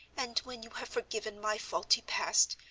and when you have forgiven my faulty past,